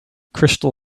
crystal